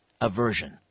aversion